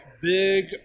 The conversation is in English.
big